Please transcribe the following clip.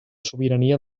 sobirania